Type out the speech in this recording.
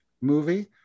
movie